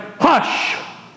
Hush